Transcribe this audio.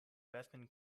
bethune